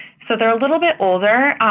so they're a little bit older.